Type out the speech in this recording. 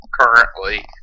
currently